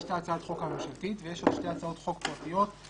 יש הצעת חוק ממשלתית ועוד שתי הצעות חוק פרטיות,